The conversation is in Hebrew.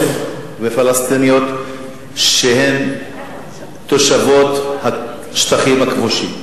ופלסטיניות שהן תושבות השטחים הכבושים.